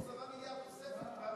10 מיליארד תוספת,